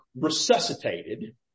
resuscitated